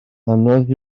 anodd